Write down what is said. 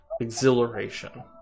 exhilaration